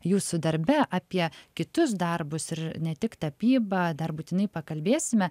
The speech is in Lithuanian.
jūsų darbe apie kitus darbus ir ne tik tapybą dar būtinai pakalbėsime